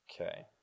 Okay